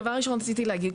דבר ראשון שרציתי להגיד,